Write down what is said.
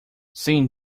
sim